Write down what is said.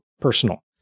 personal